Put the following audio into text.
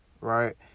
right